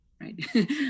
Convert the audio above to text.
right